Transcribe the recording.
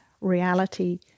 reality